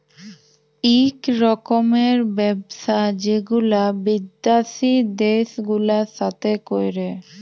ইক রকমের ব্যবসা যেগুলা বিদ্যাসি দ্যাশ গুলার সাথে ক্যরে